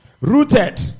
rooted